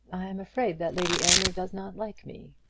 i am afraid that lady aylmer does not like me,